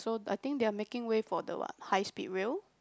so I think they are making way for the what high speed rail